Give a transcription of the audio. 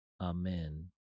Amen